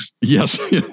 Yes